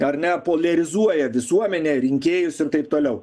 ar ne poliarizuoja visuomenę rinkėjus ir taip toliau